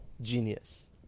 genius